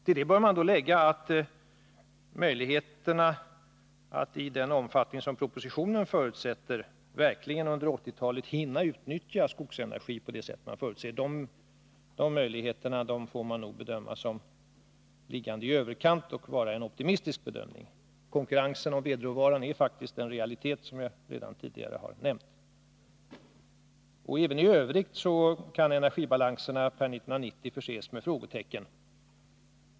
Till det bör då läggas att möjligheterna att under 1980-talet verkligen hinna utnyttja skogsenergi i den omfattning som propositionen förutsätter nog får bedömas som liggande i överkant och vara en optimistisk bedömning. Konkurrensen om vedråvaran är faktiskt en realitet, som jag redan tidigare har nämnt. Även i övrigt kan energibalanserna per 1990 förses med frågetecken.